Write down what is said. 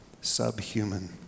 subhuman